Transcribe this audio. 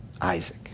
Isaac